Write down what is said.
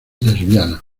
lesbiana